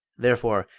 therefore,